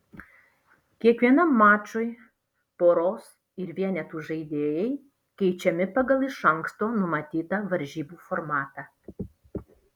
kiekvienam mačui poros ir vienetų žaidėjai keičiami pagal iš anksto numatytą varžybų formatą